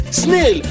snail